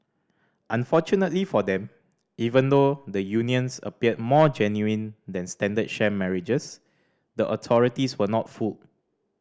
unfortunately for them even though the unions appeared more genuine than standard sham marriages the authorities were not fooled